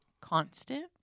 constant